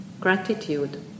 gratitude